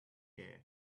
air